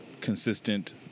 consistent